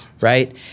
right